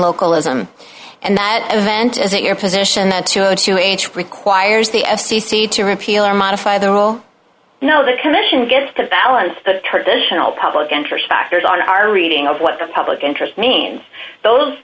localism and that event as it your position that to a to age requires the f c c to repeal or modify the rule no the commission gets to balance the traditional public interest factors on our reading of what the public interest means those